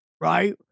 right